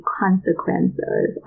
consequences